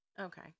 Okay